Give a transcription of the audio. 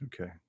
Okay